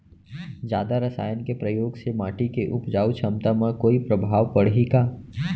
जादा रसायन के प्रयोग से माटी के उपजाऊ क्षमता म कोई प्रभाव पड़ही का?